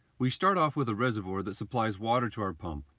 we start off with a reservoir, that supplies water to our pump.